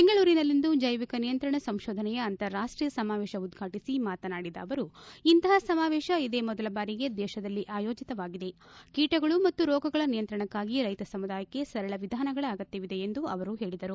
ಬೆಂಗಳೂರಿನಲಿಂದು ಜೈವಿಕ ನಿಯಂತ್ರಣ ಸಂಶೋಧನೆಯ ಅಂತಾರಾಷ್ಟೀಯ ಸಮಾವೇಶ ಉದ್ಘಾಟಿಸಿ ಮಾತನಾಡಿದ ಅವರು ಇಂತಪ ಸಮಾವೇಶ ಇದೇ ಮೊದಲ ಬಾರಿಗೆ ದೇಶದಲ್ಲಿ ಆಯೋಜಿತವಾಗಿದೆ ಕೀಟಗಳು ಮತ್ತು ರೋಗಗಳ ನಿಯಂತ್ರಣಕ್ಕಾಗಿ ರೈತ ಸಮುದಾಯಕ್ಕೆ ಸರಳ ವಿಧಾನಗಳ ಅಗತ್ಯವಿದೆ ಎಂದು ಅವರು ಹೇಳಿದರು